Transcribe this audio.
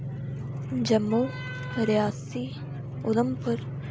Jammu Reasi Udhampur